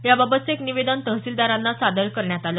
याबाबतचे एक निवेदन तहसीलदारांना सादर करण्यात आल